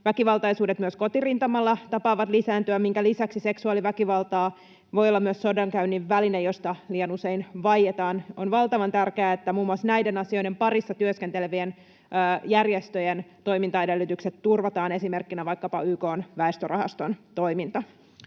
väkivaltaisuudet myös kotirintamalla tapaavat lisääntyä, minkä lisäksi seksuaaliväkivalta voi olla myös sodankäynnin väline, josta liian usein vaietaan. On valtavan tärkeää, että muun muassa näiden asioiden parissa työskentelevien järjestöjen toimintaedellytykset turvataan, esimerkkinä vaikkapa YK:n väestörahaston toiminta.